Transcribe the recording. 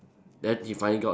then he finally got